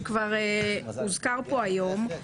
שכבר הוזכר פה היום,